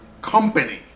company